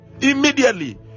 immediately